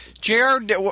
Jared